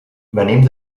venim